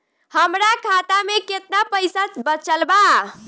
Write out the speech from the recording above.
हमरा खाता मे केतना पईसा बचल बा?